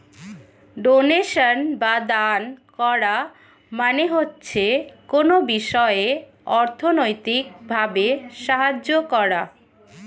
donation বা দান করা মানে হচ্ছে কোনো বিষয়ে অর্থনৈতিক ভাবে সাহায্য করা